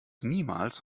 niemals